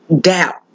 doubt